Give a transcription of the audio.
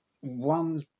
One